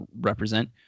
represent